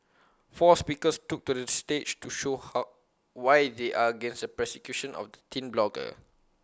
four speakers took to the stage to show how why they are against the persecution of the teen blogger